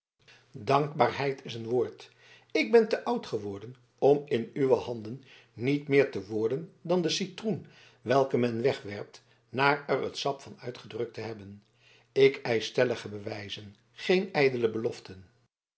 dankbaarheid is een woord ik ben te oud geworden om in uwe handen niet meer te worden dan de citroen welken men wegwerpt na er het sap van uitgedrukt te hebben ik eisch stellige bewijzen geen ijdele beloften